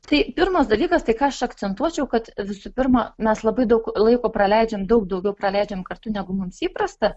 tai pirmas dalykas tai ką aš akcentuočiau kad visų pirma mes labai daug laiko praleidžiam daug daugiau praleidžiam kartu negu mums įprasta